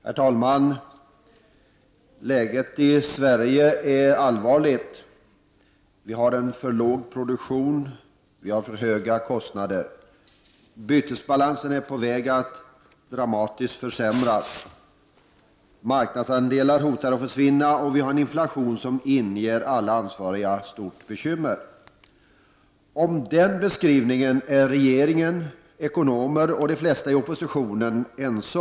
Herr talman! Läget i Sverige är allvarligt! Vi har en för låg produktion, och vi har för höga kostnader. Bytesbalansen är på väg att dramatiskt försämras. Marknadsandelar hotar att försvinna, och vi har en inflation som inger alla ansvariga stort bekymmer. Om den beskrivningen är regeringen, ekonomer och de flesta i oppositionen ense.